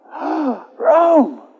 Rome